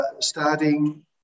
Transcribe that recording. starting